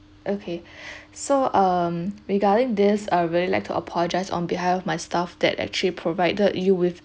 okay so um regarding this I really like to apologise on behalf of my staff that actually provided